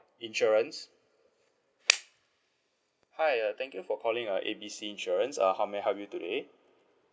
insurance hi uh thank you for calling uh A B C insurance uh how may I help you today